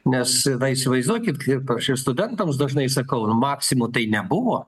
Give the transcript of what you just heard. nes na įsivaizduokit kaip aš ir studentams dažnai nu maksimų tai nebuvo